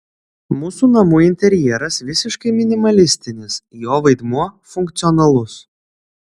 mūsų namų interjeras visiškai minimalistinis jo vaidmuo funkcionalus